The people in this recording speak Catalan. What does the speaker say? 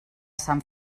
sant